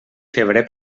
febrer